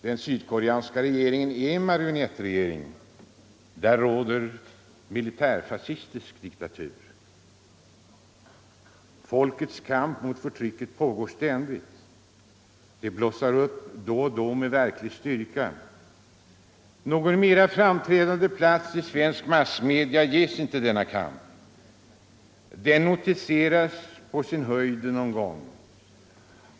Den sydkoreanska regeringen är en marionettregering. I landet råder militärfascistisk diktatur. Folkets kamp mot förtrycket pågår ständigt. Den blossar upp då och då med verklig styrka. Någon mera framträdande plats i svenska massmedia ges inte denna kamp. Den notiseras på sin höjd någon gång.